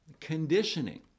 conditioning